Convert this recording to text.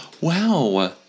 Wow